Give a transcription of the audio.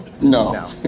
No